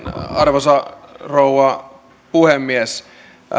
arvoisa rouva puhemies